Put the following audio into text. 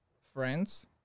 friends